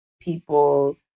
people